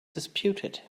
disputed